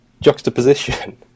juxtaposition